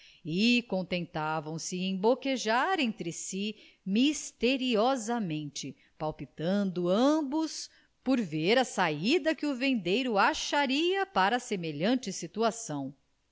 contentavam se em boquejar entre si misteriosamente palpitando ambos por ver a saída que o vendeiro acharia para semelhante situação